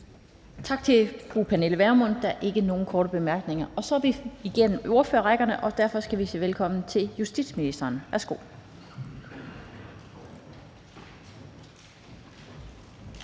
Tak til fru Pernille Vermund. Der er ikke nogen korte bemærkninger. Så er vi igennem ordførerrækken, og derfor skal vi sige velkommen til justitsministeren. Værsgo.